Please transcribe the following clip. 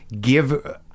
give